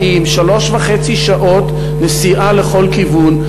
נוסעים שלוש שעות וחצי בכל כיוון.